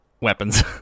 weapons